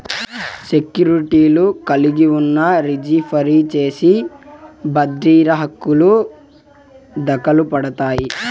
సెక్యూర్టీలు కలిగున్నా, రిజీ ఫరీ చేసి బద్రిర హర్కెలు దకలుపడతాయి